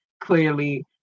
clearly